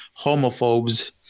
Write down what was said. homophobes